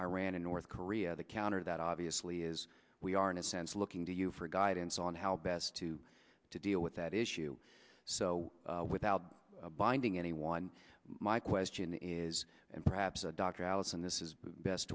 iran and north korea the counter that obviously is we are in a sense looking to you for guidance on how best to to deal with that issue so without binding anyone my question is and perhaps a dr allison this is